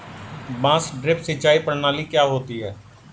बांस ड्रिप सिंचाई प्रणाली क्या होती है?